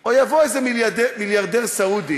או יבוא איזה מיליארדר סעודי